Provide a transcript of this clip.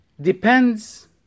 depends